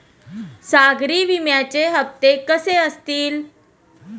सागरी विम्याचे हप्ते कसे असतील?